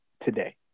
today